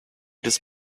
this